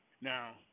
Now